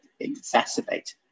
exacerbate